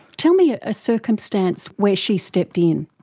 tell me ah a circumstance where she stepped in.